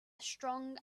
strong